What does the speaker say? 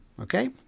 okay